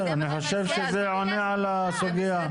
אני חושב שזה עונה על הסוגיה.